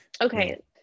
okay